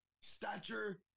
stature